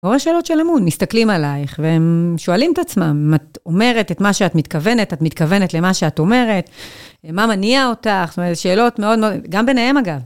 רואה שאלות של אמון, מסתכלים עלייך, והם שואלים את עצמם, אם את אומרת את מה שאת מתכוונת, את מתכוונת למה שאת אומרת, מה מניע אותך, זאת אומרת, זה שאלות מאוד מאוד, גם ביניהם אגב.